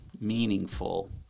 meaningful